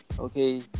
okay